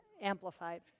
amplified